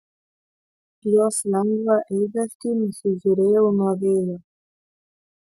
jos lengvą eigastį nusižiūrėjau nuo vėjo